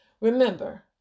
Remember